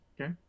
Okay